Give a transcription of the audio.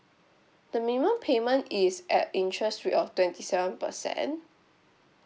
the minimum payment is at interest rate of twenty seven percent